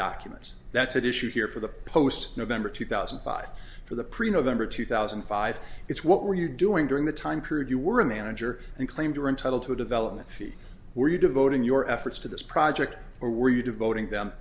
documents that's an issue here for the post november two thousand and five for the pre november two thousand and five it's what were you doing during the time period you were a manager and claimed are entitled to a development fee were you devoting your efforts to this project or were you devoting them